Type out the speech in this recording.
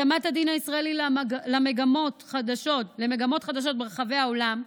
התאמת הדין הישראלי למגמות חדשות ברחבי העולם,